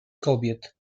kobiet